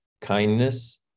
Kindness